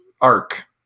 arc